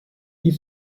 die